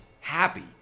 happy